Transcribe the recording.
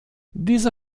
diese